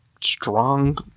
strong